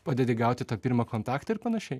padedi gauti tą pirmą kontaktą ir panašiai